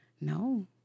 no